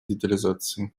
детализации